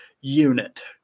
unit